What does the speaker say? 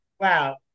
Wow